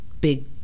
big